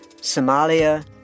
Somalia